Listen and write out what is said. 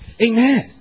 Amen